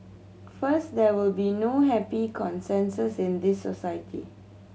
first there will be no happy consensus in the society